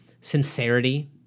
sincerity